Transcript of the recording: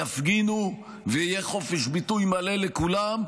יפגינו ויהיה חופש ביטוי מלא לכולם,